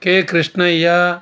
K Krishnaiah